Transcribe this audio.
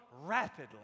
rapidly